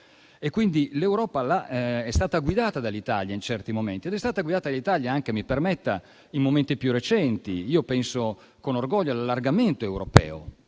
l'Europa è stata guidata dall'Italia in certi momenti ed è stata guidata dall'Italia anche - mi permetta - in momenti più recenti: penso con orgoglio all'allargamento europeo.